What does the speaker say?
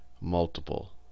multiple